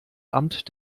amt